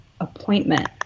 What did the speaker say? appointment